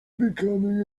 becoming